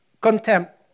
contempt